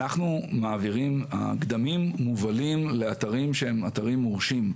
הגדמים מובלים לאתרים שהם אתרים מורשים.